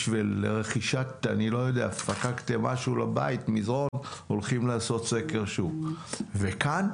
בשביל רכישת מזרון לבית הולכים לעשות סקר שוק וכאן,